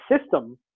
system